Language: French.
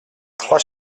trois